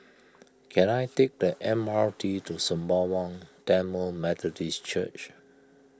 can I take the M R T to Sembawang Tamil Methodist Church